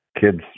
kids